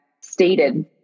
stated